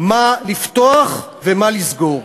מה לפתוח ומה לסגור.